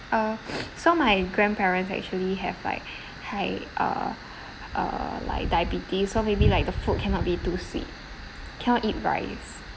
uh so my grandparents actually have like high uh uh like diabetes so maybe like the food cannot be too sweet cannot eat rice